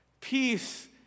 Peace